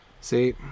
See